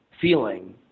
feeling